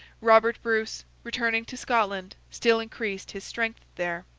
robert bruce, returning to scotland, still increased his strength there.